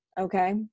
Okay